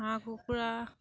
হাঁহ কুকুৰা